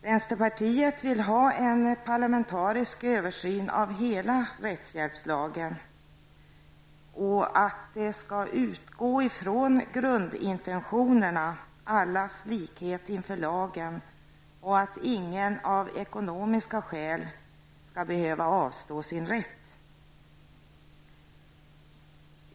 Vänsterpartiet vill ha en parlamentarisk översyn av hela rättshjälpslagen, en översyn som skall utgå ifrån grundintentionerna att allas likhet inför lagen skall råda och att ingen av ekonomiska skäl skall behöva avstå från sin rätt.